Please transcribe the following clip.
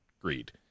greed